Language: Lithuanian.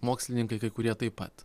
mokslininkai kurie taip pat